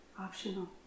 Optional